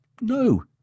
no